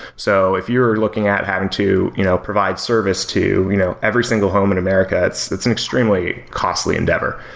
so if you're looking at having to you know provide service to you know every single home in america, it's it's an extremely costly endeavor.